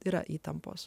yra įtampos